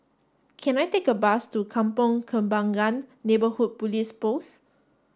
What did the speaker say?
can I take a bus to Kampong Kembangan Neighborhood Police Post